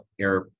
air